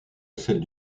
celle